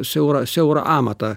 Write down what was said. siaurą siaurą amatą